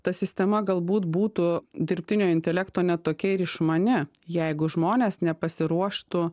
ta sistema galbūt būtų dirbtinio intelekto ne tokia ir išmania jeigu žmonės nepasiruoštų